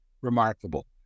remarkable